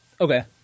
Okay